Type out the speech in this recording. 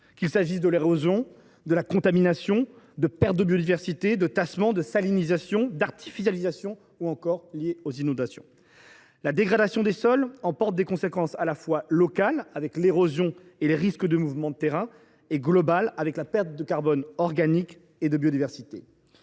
qu’il s’agisse de l’érosion, des contaminations, des pertes de biodiversité, des tassements, de la salinisation, de l’artificialisation ou des inondations. La dégradation des sols emporte des conséquences à la fois locales – l’érosion et les risques de mouvements de terrain – et globales – la perte de carbone organique et de biodiversité.